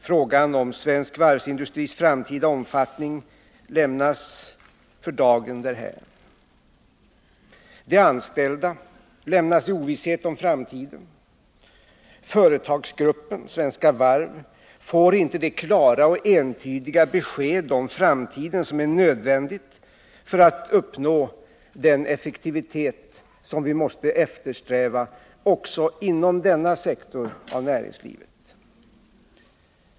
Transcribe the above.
Frågan om svensk varvsindustris framtida omfattning lämnas för dagen därhän. De anställda lämnas i ovisshet om framtiden. Företagsgruppen, Svenska Varv, får inte de klara och entydiga besked om framtiden som är nödvändiga för att uppnå den effektivitet som vi måste eftersträva också inom denna sektor av näringslivet.